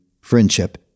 friendship